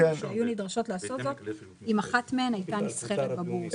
שהיו נדרשות לעשות זאת אם אחת מהן היתה נסחרת בבורסה".